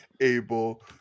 able